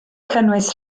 cynnwys